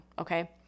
okay